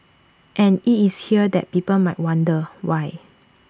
and IT is here that people might wonder why